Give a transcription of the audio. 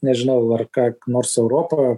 nežinau ar ką nors europa